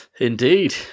Indeed